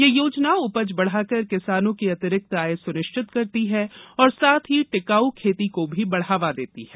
यह योजना उपज बढ़ाकर किसानों की अतिरिक्त आय सुनिश्चित करती है और साथ ही टिकाऊ खेती को भी बढ़ावा देती है